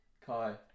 Kai